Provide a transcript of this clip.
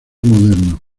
moderno